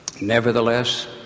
Nevertheless